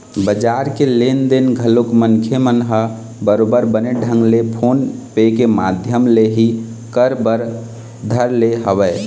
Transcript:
बजार के लेन देन घलोक मनखे मन ह बरोबर बने ढंग ले फोन पे के माधियम ले ही कर बर धर ले हवय